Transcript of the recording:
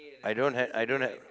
I don't have I don't have